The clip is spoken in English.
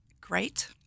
great